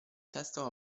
testo